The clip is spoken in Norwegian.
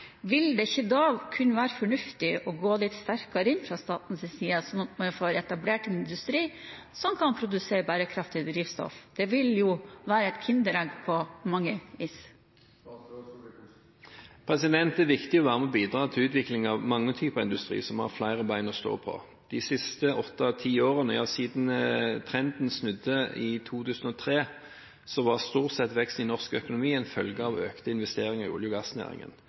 Vil det ikke da kunne være fornuftig å gå litt sterkere inn fra statens side, sånn at man får etablert industri som kan produsere bærekraftig drivstoff? Det vil jo være et kinderegg på mange vis. Det er viktig å være med og bidra til utvikling av mange typer industri som har flere bein å stå på. De siste åtte–ti årene, ja siden trenden snudde i 2003, har vekst i norsk økonomi stort sett vært en følge av økte investeringer i olje- og gassnæringen.